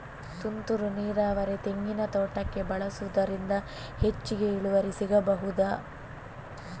ತುಂತುರು ನೀರಾವರಿ ತೆಂಗಿನ ತೋಟಕ್ಕೆ ಬಳಸುವುದರಿಂದ ಹೆಚ್ಚಿಗೆ ಇಳುವರಿ ಸಿಕ್ಕಬಹುದ?